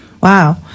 wow